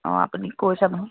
অ' আপুনি কৈ চাবচোন